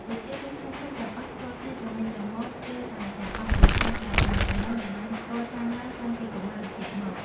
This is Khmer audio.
ប្រជាជនក្នុងភូមិទាំងអស់ស្គាល់គ្នាទៅវិញទៅមកស្ទើរតែទាំងអស់ដោយសារតែទំនាក់ទំនងដែលបានកសាងឡើងតាំងពីកុមារភាពមក។